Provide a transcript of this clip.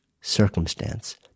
circumstance